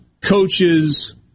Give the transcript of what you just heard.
coaches